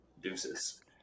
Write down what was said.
deuces